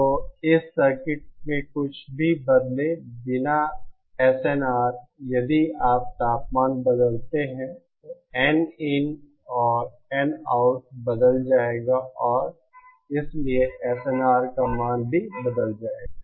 तो इस सर्किट में कुछ भी बदले बिना SNR यदि आप तापमान बदलते हैं तो Nin और Nout बदल जाएगा और इसलिए SNR का मान भी बदल जाएगा